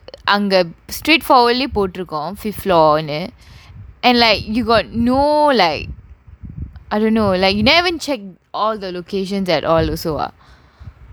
straightforwardly போட்டிருக்கோம்:pottirukkom fifth floor னு:nu and like you got no like I don't know like you never even check all the locations at all also ah